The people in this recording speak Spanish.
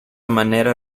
manera